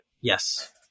Yes